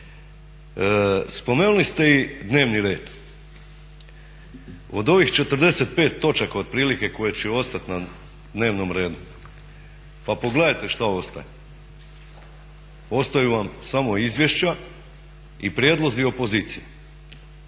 Spomenuli ste i dnevni red, od ovih 45. točaka otprilike koje će ostati na dnevnom redu, pa pogledajte šta ostaje. Ostaju vam samo izvješća i prijedlozi opozicije,